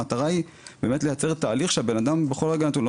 המטרה היא באמת לייצר תהליך שהבן אדם בכל רגע נתון לא